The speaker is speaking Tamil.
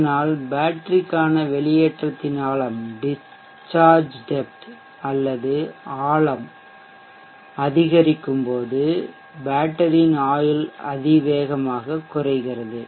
அதனால் பேட்டரிக்கான வெளியேற்றத்தின் ஆழம் டிஷ்சார்ஜ் டெப்த் அல்லது ஆழம் டெப்த் அதிகரிக்கும் போது பேட்டரியின் ஆயுள் அதிவேகமாக குறைகிறது